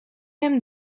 hem